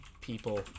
people